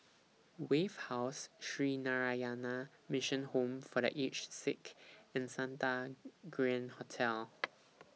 Wave House Sree Narayana Mission Home For The Aged Sick and Santa Grand Hotel